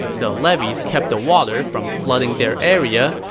the levees kept the water from flooding their area,